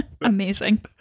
Amazing